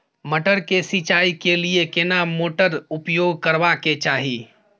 मटर के सिंचाई के लिये केना मोटर उपयोग करबा के चाही?